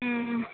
ம் ம்